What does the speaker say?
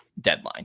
deadline